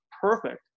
perfect